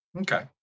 okay